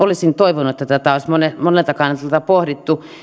olisin toivonut että tätä olisi monelta kantilta pohdittu